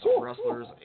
wrestlers